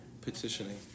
Petitioning